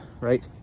right